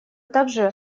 также